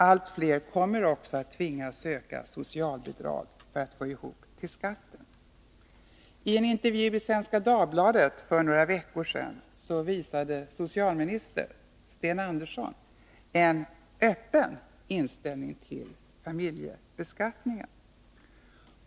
Allt fler kommer också att tvingas söka socialbidrag för att få ihop till skatten. I en intervju i Svenska Dagbladet för några veckor sedan visade socialministern Sten Andersson en öppen inställning till familjebeskattningen.